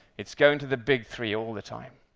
it's going to the big three all the time.